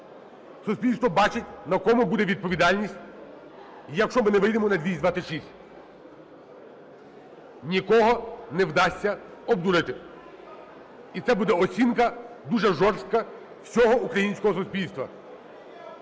Суспільство бачить, на кому буде відповідальність, якщо ми не вийдемо на 226. Нікого не вдасться обдурити. І це буде оцінка дуже жорстка всього українського суспільства,